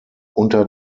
unter